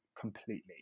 completely